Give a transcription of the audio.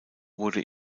wurde